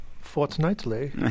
fortnightly